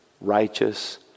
righteous